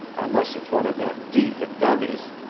unless it's one of them deef and dummies.